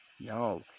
No